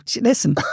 listen